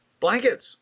blankets